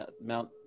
Mount